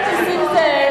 חבר הכנסת נסים זאב.